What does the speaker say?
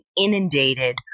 inundated